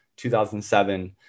2007